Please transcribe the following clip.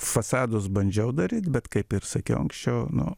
fasadus bandžiau daryt bet kaip ir sakiau anksčiau nu